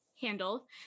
handle